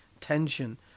tension